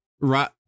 right